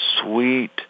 sweet